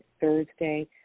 Thursday